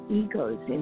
egos